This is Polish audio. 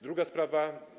Druga sprawa.